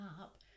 up